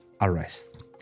arrest